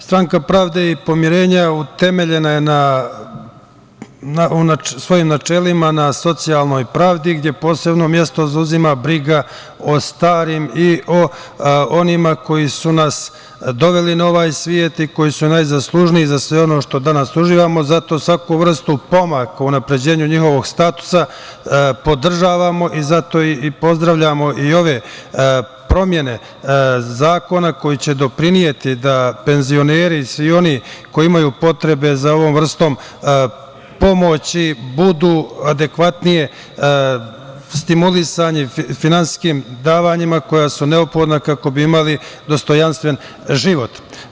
Stranka pravde i pomirenja utemeljena je u svojim načelima na socijalnoj pravdi gde posebno mesto zauzima briga o starim i o onima koji su nas doveli na ovaj svet i koji su najzaslužniji za sve ono što danas uživamo, zato svaku vrstu pomaka u unapređenju njihovog statusa podržavamo i zato i pozdravljamo i ove promene zakona koji će doprineti da penzioneri i svi oni koji imaju potrebe za ovom vrstom pomoći budu adekvatnije stimulisani finansijskim davanjima koja su neophodna kako bi imali dostojanstven život.